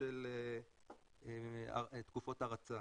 תקופות הרצה